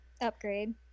Upgrade